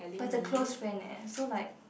but the close friend leh so like